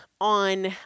on